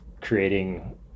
creating